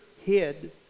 hid